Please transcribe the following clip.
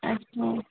अच्छा